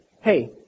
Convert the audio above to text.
Hey